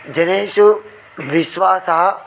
जनेषु विश्वासः